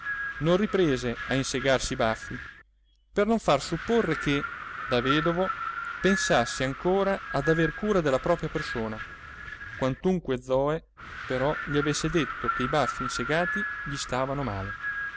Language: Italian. non riprese a insegarsi i baffi per non far supporre che da vedovo pensasse ancora ad aver cura della propria persona quantunque zoe però gli avesse detto che i baffi insegati gli stavano male